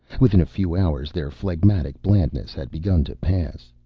within a few hours, their phlegmatic blandness had begun to pass.